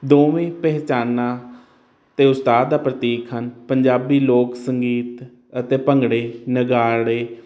ਦੋਵੇਂ ਪਹਿਚਾਨਾ ਤੇ ਉਸਤਾਦ ਦਾ ਪ੍ਰਤੀਕ ਹਨ ਪੰਜਾਬੀ ਲੋਕ ਸੰਗੀਤ ਅਤੇ ਭੰਗੜੇ ਨਗਾੜੇ